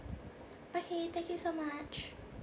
okay thank you so much